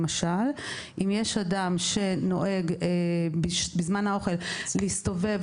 למשל אם יש אדם שנוהג בזמן האוכל להסתובב,